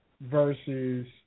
versus